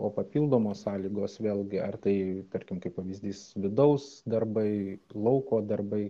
o papildomos sąlygos vėlgi ar tai tarkim kaip pavyzdys vidaus darbai lauko darbai